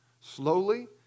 slowly